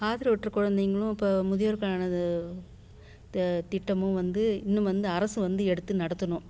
ஆதரவற்ற குழந்தைங்களும் இப்போ முதியோருக்கானது த திட்டமும் வந்து இன்னும் வந்து அரசு வந்து எடுத்து நடத்தணும்